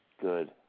Good